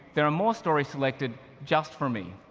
there are more stories selected just for me.